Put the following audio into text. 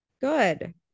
good